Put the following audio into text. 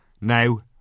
Now